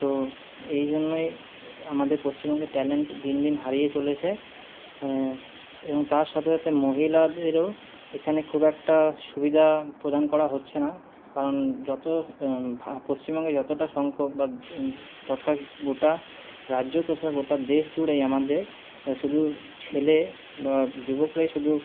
তো এই জন্যই আমাদের পশ্চিমবঙ্গে ট্যালেন্ট দিন দিন হারিয়ে চলেছে এবং তার সাথে সাথে মহিলাদেরও এখানে খুব একটা সুবিধা প্রদান করা হচ্ছে না কারণ যতো পশ্চিমবঙ্গে যতোটা সংখ্যক বা তথা গোটা রাজ্য তথা গোটা দেশ জুড়েই আমাদের শুধু ছেলে বা যুবকরাই শুধু